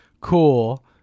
cool